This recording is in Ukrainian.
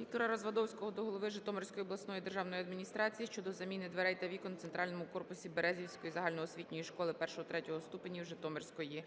Віктора Развадовського до голови Житомирської обласної державної адміністрації щодо заміни дверей та вікон у центральному корпусі Березівської загальноосвітньої школи І-ІІІ ступенів Житомирського району,